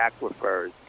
aquifers